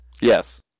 Yes